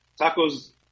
tacos